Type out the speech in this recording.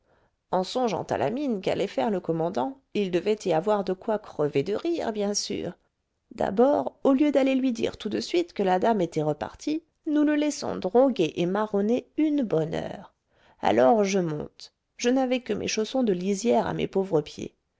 en songeant à la mine qu'allait faire le commandant il devait y avoir de quoi crever de rire bien sûr d'abord au lieu d'aller lui dire tout de suite que la dame était repartie nous le laissons droguer et marronner une bonne heure alors je monte je n'avais que mes chaussons de lisière à mes pauvres pieds